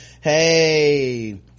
hey